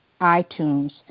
iTunes